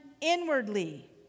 inwardly